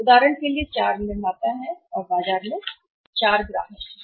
उदाहरण के लिए 4 निर्माता सही हैं और बाजार में 4 ग्राहक हैं